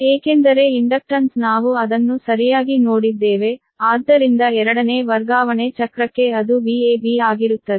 ಏಕೆಂದರೆ ಇಂಡಕ್ಟನ್ಸ್ ನಾವು ಅದನ್ನು ಸರಿಯಾಗಿ ನೋಡಿದ್ದೇವೆ ಆದ್ದರಿಂದ ಎರಡನೇ ವರ್ಗಾವಣೆ ಚಕ್ರಕ್ಕೆ ಅದು ವ್ಯಾಬ್ ಆಗಿರುತ್ತದೆ